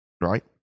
right